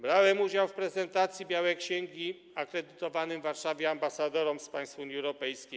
Brałem udział w prezentacji białej księgi akredytowanym w Warszawie ambasadorom z państw Unii Europejskiej.